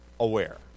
Aware